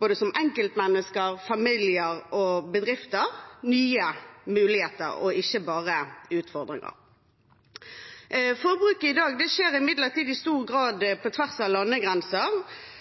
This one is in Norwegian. både som enkeltmennesker, som familier og som bedrifter, nye muligheter og ikke bare utfordringer. Forbruket i dag skjer imidlertid i stor grad på tvers av landegrenser.